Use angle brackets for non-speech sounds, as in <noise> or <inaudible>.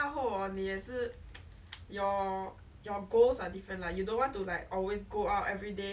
growing up 你会 <noise> 学到谁是真正的朋友 lah then I guess it's also